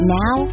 now